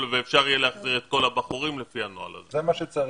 ואפשר יהיה להחזיר את כל הבחורים לפי הנוהל הזה.